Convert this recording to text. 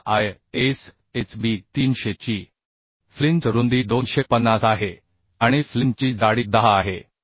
आता ISHB 300 ची flange रुंदी 250 आहे आणि फ्लिंचची जाडी 10 आहे